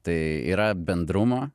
tai yra bendrumo